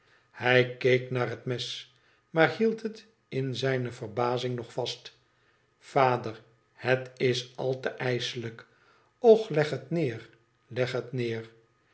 hij keek naar het mes maar hield het in zijne verbazing nog vast vader het is al te ijselijk och leg het neer leg het neer